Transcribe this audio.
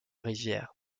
rivière